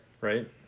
right